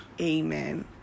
amen